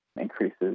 increases